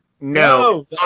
No